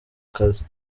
kazi